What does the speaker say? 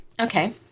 Okay